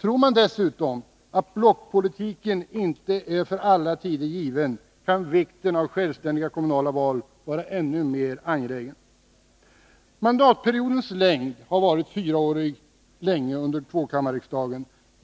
Tror man dessutom att blockpolitiken inte är för alla tider given, kan vikten av självständiga kommunala val te sig ännu större. Mandatperioden var under tvåkammarriksdagen fyraårig.